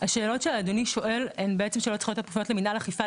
השאלות שאדוני שואל הן שאלות צריכות להיות מופנות למנהל אכיפה,